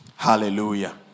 Hallelujah